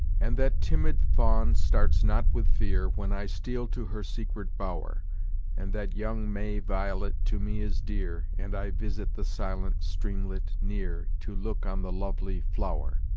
and that timid fawn starts not with fear, when i steal to her secret bower and that young may violet to me is dear, and i visit the silent streamlet near, to look on the lovely flower.